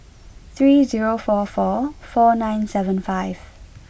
three zero four four four nine seven five